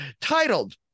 titled